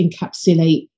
encapsulate